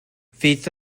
fydd